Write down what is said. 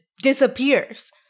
disappears